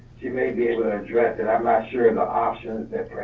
you may be able to address it. i'm not sure of the options that